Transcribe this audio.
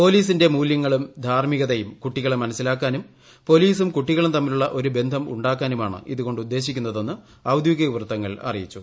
പോലീസിന്റെ മൂല്യങ്ങളും ധാർമ്മികതയും കുട്ടികളെ മനസിലാക്കാനും പോലീസും കുട്ടികളും തമ്മിലുള്ള ഒരു ബന്ധം ഉണ്ടാക്കാനുമാണ് ഇതുകൊണ്ടുദ്ദേശിക്കുന്നതെന്ന് ഔദ്യോഗിക വൃത്തങ്ങൾ അറിയിച്ചു